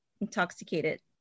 intoxicated